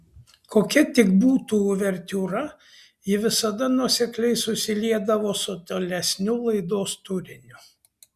kokia tik būtų uvertiūra ji visada nuosekliai susiliedavo su tolesniu laidos turiniu